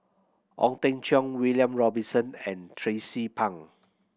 Ong Teng Cheong William Robinson and Tracie Pang